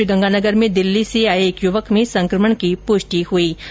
कल श्रीगंगानगर में दिल्ली से आये एक युवक में संकमण की पुष्टि हई